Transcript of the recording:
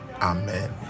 Amen